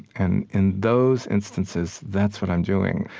and in those instances, that's what i'm doing.